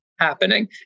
Happening